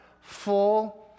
full